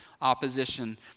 opposition